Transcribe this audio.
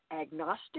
agnostic